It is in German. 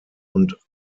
und